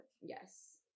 Yes